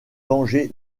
danger